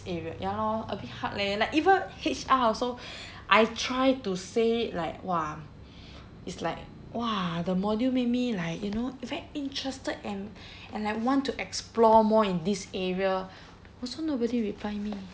area ya lor a bit hard leh like even H_R also I try to say it like !wah! it's like !wah! the module make me like you know very interested and and like want to explore more in this area also nobody reply me